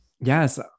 yes